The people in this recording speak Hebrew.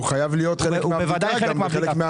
הוא חייב להיות חלק מהבדיקה, גם חלק מההשוואה.